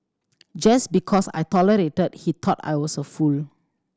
just because I tolerated he thought I was a fool